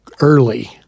early